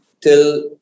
till